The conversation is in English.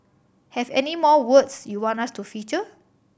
have any more words you want us to feature